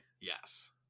Yes